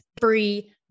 free